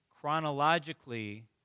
chronologically